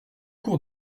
cour